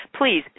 please